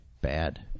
bad